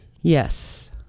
Yes